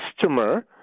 customer